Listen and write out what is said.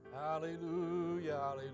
Hallelujah